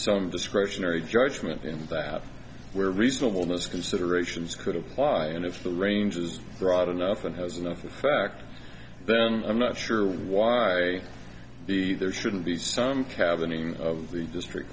some discretionary judgement in that where reasonable most considerations could apply and if the range is broad enough and has enough in fact i'm not sure why the there shouldn't be some cab the name of the district